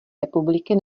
republiky